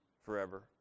forever